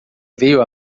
veio